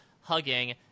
hugging